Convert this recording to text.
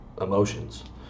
emotions